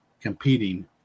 competing